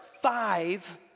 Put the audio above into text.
five